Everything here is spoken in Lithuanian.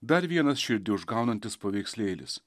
dar vienas širdį užgaunantis paveikslėlis